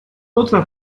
otra